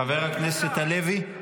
חבר הכנסת הלוי, בבקשה,